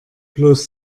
bloß